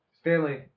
Stanley